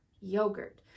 yogurt